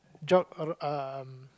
jog uh uh